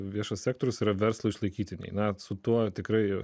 viešas sektorius yra verslui išlaikyti net su tuo tikrai